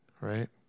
right